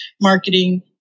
marketing